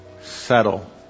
settle